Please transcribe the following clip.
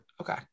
Okay